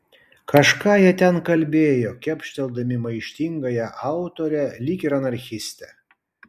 kažką jie ten kalbėjo kepšteldami maištingąją autorę lyg ir anarchistę